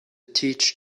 teach